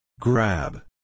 Grab